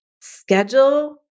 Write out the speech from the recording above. schedule